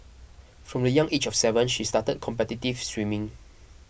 from the young age of seven she started competitive swimming